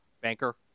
Banker